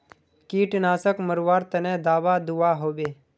कीटनाशक मरवार तने दाबा दुआहोबे?